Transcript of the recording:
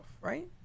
right